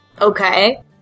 Okay